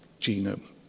genome